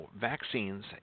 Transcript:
vaccines